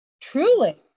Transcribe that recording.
truly